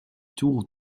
tour